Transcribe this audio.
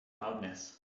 loudness